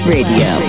Radio